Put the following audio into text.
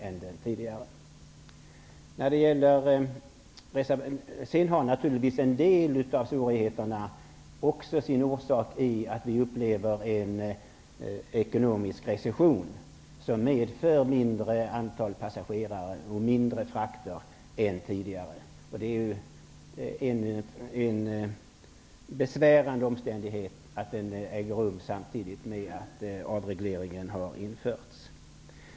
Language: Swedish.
En del av svårigheterna har naturligtvis sin orsak i att vi upplever en ekonomisk recession, som medför mindre antal passagerare och färre flygfrakter än tidigare. Det är en besvärande omständighet att recessionen inträffar samtidigt som avregleringen har inletts.